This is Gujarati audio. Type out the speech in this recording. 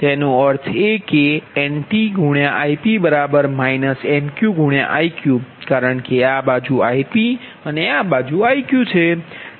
તેનો અર્થ એ કે NtIp NqIq કારણ કે આ બાજુ Ipઅને આ બાજુ Iqછે